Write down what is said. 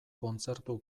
kontzertu